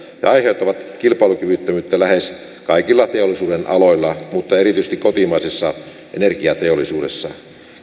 ja aiheuttavat kilpailukyvyttömyyttä lähes kaikilla teollisuudenaloilla mutta erityisesti kotimaisessa energiateollisuudessa